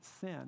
sin